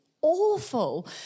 awful